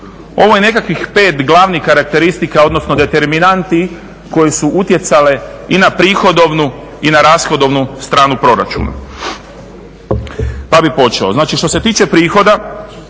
Ovo je nekakvih pet glavnih karakteristika odnosno determinanti koje su utjecale i na prihodovnu i na rashodovnu stranu proračuna. Pa bih počeo, znači što se tiče prihoda,